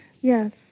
Yes